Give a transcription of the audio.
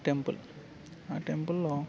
temple ఆ టెంపుల్లో